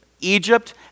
Egypt